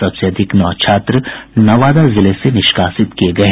सबसे अधिक नौ छात्र नवादा जिले से निष्कासित किये गये